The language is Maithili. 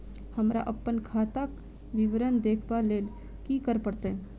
हमरा अप्पन खाताक विवरण देखबा लेल की करऽ पड़त?